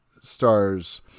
stars